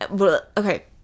Okay